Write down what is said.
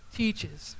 teaches